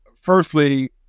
firstly